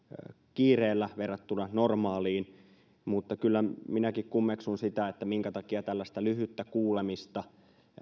kiireellä verrattuna normaaliin mutta kyllä minäkin kummeksun sitä minkä takia tällaista lyhyttä kuulemista